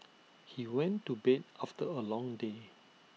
he went to bed after A long day